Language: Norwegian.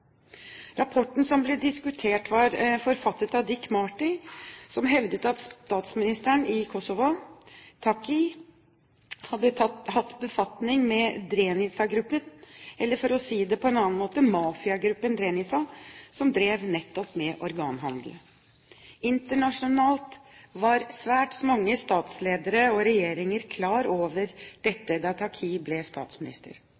Rapporten som ble diskutert, var forfattet av Dick Marty, som hevdet at statsministeren i Kosovo, Thaçi, hadde hatt befatning med Drenica-gruppen eller – for å si det på en annen måte – mafiagruppen Drenica som drev nettopp med organhandel. Internasjonalt var svært mange statsledere og regjeringer klar over